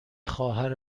خواهر